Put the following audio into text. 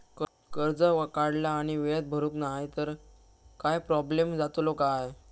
कर्ज काढला आणि वेळेत भरुक नाय तर काय प्रोब्लेम जातलो काय?